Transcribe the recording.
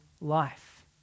life